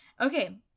Okay